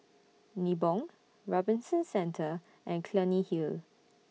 Nibong Robinson Centre and Clunny Hill